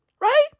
Right